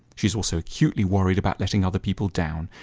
she is also acutely worried about letting other people down,